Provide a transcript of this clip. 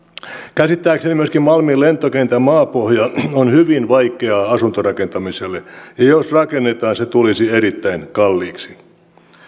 käsittääkseni malmin lentokentän maapohja on myöskin hyvin vaikeaa asuntorakentamiselle ja jos rakennetaan se tulisi erittäin kalliiksi